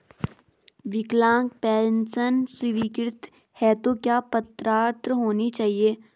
विकलांग पेंशन स्वीकृति हेतु क्या पात्रता होनी चाहिये?